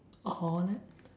Holland